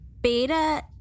Beta